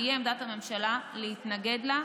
תהיה עמדת הממשלה להתנגד לה,